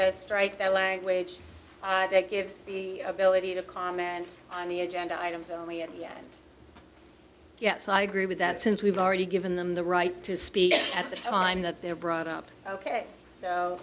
to strike that language that gives the ability to comment on the agenda items only and yes yes i agree with that since we've already given them the right to speak at the time that they're brought up ok so